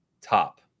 top